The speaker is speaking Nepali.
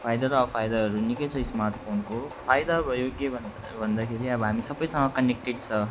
फाइदा अफाइदाहरू निकै छ स्मार्टफोनको फाइदा भयो के भनेर भन्दाखेरि हामी सबैसँग कनेक्टेड छ